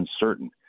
uncertain